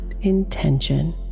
intention